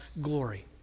glory